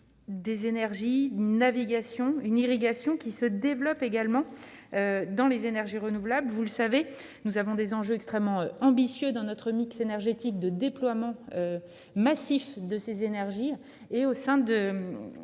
des énergies navigation une irrigation qui se développe également dans les énergies renouvelables, vous le savez, nous avons des enjeux extrêmement ambitieux dans notre mix énergétique de déploiement massif de ces énergies et au sein de